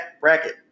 bracket